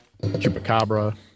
Chupacabra